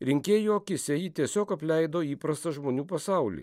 rinkėjų akyse ji tiesiog apleido įprastą žmonių pasaulį